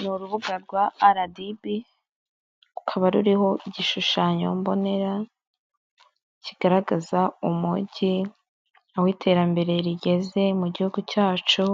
Ni urubuga rwa aradibi (RDB) rukaba ruriho igishushanyo mbonera kigaragaza umujyi aho iterambere rigeze mu gihugu cyacu